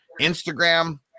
Instagram